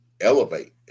elevate